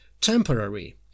temporary